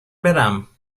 برم